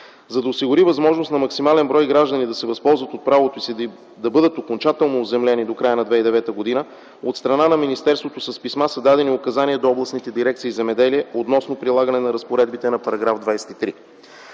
За да се осигури възможност на максимален брой граждани да се възползват от правото си да бъдат окончателно оземлени до края на 2009 г., от страна на министерството с писма са дадени указания до областните дирекции „Земеделие” относно прилагане на разпоредбите на § 23.